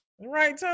right